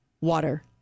water